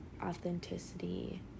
authenticity